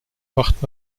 wacht